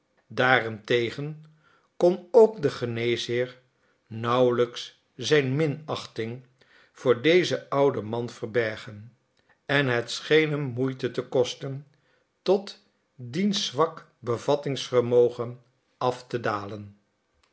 daarentegen kon ook de geneesheer nauwelijks zijne minachting voor dezen ouden man verbergen en het scheen hem moeite te kosten tot diens zwak bevattingsvermogen af te dalen